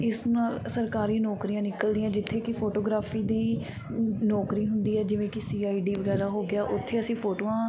ਇਸ ਨਾਲ ਸਰਕਾਰੀ ਨੌਕਰੀਆਂ ਨਿਕਲਦੀਆਂ ਜਿੱਥੇ ਕਿ ਫੋਟੋਗ੍ਰਾਫੀ ਦੀ ਨੌਕਰੀ ਹੁੰਦੀ ਹੈ ਜਿਵੇਂ ਕਿ ਸੀ ਆਈ ਡੀ ਵਗੈਰਾ ਹੋ ਗਿਆ ਉੱਥੇ ਅਸੀਂ ਫੋਟੋਆਂ